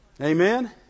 Amen